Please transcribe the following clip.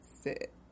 sit